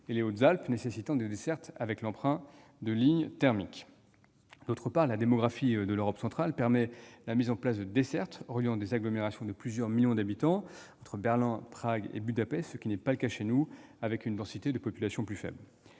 et les Hautes-Alpes, qui exigent des dessertes thermiques. Ensuite, la démographie de l'Europe centrale permet la mise en place de lignes reliant des agglomérations de plusieurs millions d'habitants entre Berlin, Prague, Budapest, ce qui n'est pas le cas chez nous, en raison d'une densité de population plus faible.